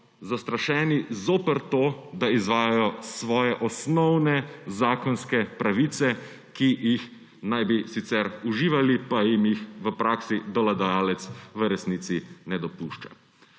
zastrašeni zoper to, da izvajajo svoje osnovne zakonske pravice, ki jih naj bi sicer uživali, pa jim jih v praksi delodajalec v resnici ne dopušča.